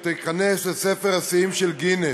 או תיכנס לספר השיאים של גינס.